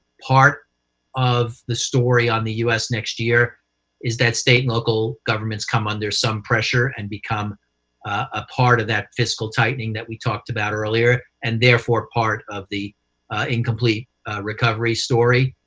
part of the story on the u s. next year is that state and local governments come under some pressure and become a part of that fiscal tightening that we talked about earlier, and therefore part of the incomplete recovery story.